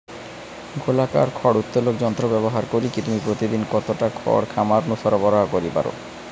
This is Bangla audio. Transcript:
গোলাকার খড় উত্তোলক যন্ত্র ব্যবহার করিকি তুমি প্রতিদিন কতটা খড় খামার নু সরবরাহ করি পার?